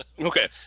Okay